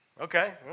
Okay